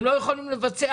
הם לא יכולים לבצע,